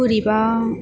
बोरैबा